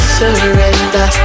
surrender